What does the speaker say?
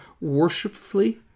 worshipfully